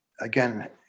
again